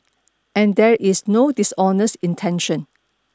and there is no dishonest intention